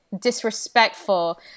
Disrespectful